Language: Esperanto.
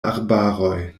arbaroj